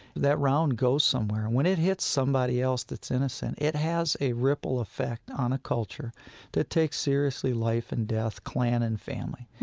that round goes somewhere. and when it hits somebody else that's innocent, it has a ripple effect on a culture that takes seriously life and death, clan and family.